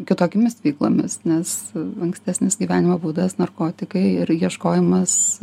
kitokiomis veiklomis nes ankstesnis gyvenimo būdas narkotikai ir ieškojimas